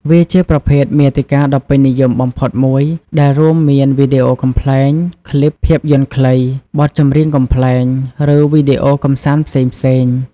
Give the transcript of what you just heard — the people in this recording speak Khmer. វាជាប្រភេទមាតិកាដ៏ពេញនិយមបំផុតមួយ ដែលរួមមានវីដេអូកំប្លែង ខ្លីប ភាពយន្តខ្លី បទចម្រៀងកំប្លែង ឬវីដេអូកម្សាន្តផ្សេងៗ។